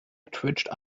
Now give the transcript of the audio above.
twitched